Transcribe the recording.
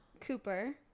Cooper